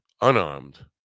unarmed